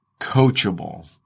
coachable